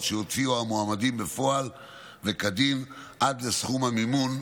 שהוציאו המועמדים בפועל וכדין עד לסכום המימון,